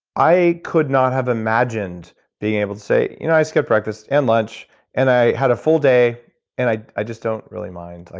i could not have imagined being able to say, you know i skipped breakfast and lunch and i had a full day and i i just don't really mind.